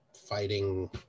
fighting